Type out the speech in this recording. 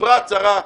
סיפרה הצרה,